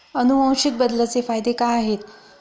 अनुवांशिक बदलाचे फायदे काय आहेत?